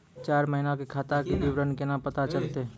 चार महिना के खाता के विवरण केना पता चलतै?